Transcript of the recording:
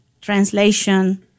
translation